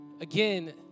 again